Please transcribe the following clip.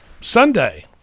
Sunday